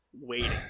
waiting